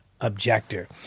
objector